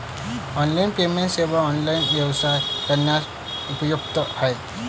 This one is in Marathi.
ऑनलाइन पेमेंट सेवा ऑनलाइन व्यवसाय करण्यास उपयुक्त आहेत